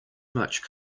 much